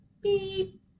beep